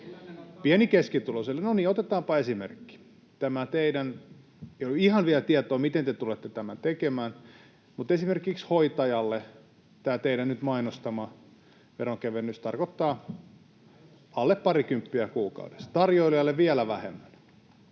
on tavallinen?] No niin, otetaanpa esimerkki: Tässä teidän esityksessänne — ei ole ihan vielä tietoa, miten te tulette tämän tekemään — esimerkiksi hoitajalle tämä teidän nyt mainostamanne veronkevennys tarkoittaa alle parikymppiä kuukaudessa, tarjoilijalle vielä vähemmän,